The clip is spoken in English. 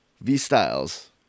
V-Styles